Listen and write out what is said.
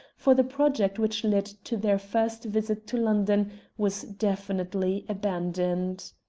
for the project which led to their first visit to london was definitely abandoned.